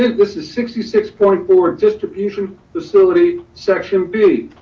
this is sixty six point four distribution facility, section b,